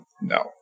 no